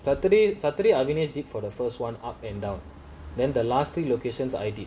saturday saturday arvinis did for the first [one] up and down then the last three locations I do